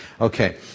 Okay